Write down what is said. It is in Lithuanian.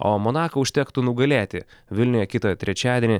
o monaką užtektų nugalėti vilniuje kitą trečiadienį